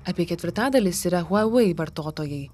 apie ketvirtadalis yra huawei vartotojai